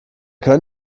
können